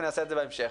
נעשה את זה בהמשך.